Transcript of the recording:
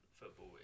football